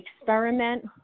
experiment